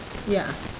ya